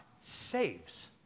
saves